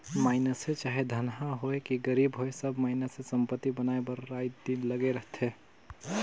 मइनसे चाहे धनहा होए कि गरीब होए सब मइनसे संपत्ति बनाए बर राएत दिन लगे रहथें